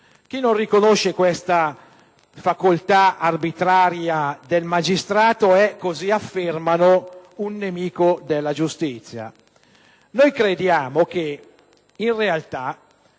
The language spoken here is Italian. Chi non riconosce questa facoltà arbitraria del magistrato è - così affermano - un nemico della giustizia.